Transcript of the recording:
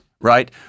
right